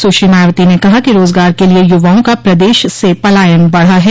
सुश्री मायावती ने कहा कि रोजगार के लिये युवाओं का प्रदेश से पलायन बढ़ा है